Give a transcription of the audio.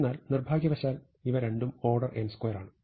എന്നാൽ നിർഭാഗ്യവശാൽ ഇവ രണ്ടും ഓർഡർ n2 ആണ്